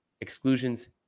exclusions